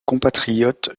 compatriote